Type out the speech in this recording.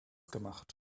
gemacht